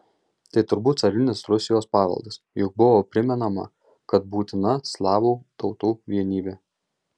tai turbūt carinės rusijos paveldas juk buvo primenama kad būtina slavų tautų vienybė